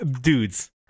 dudes